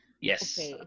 Yes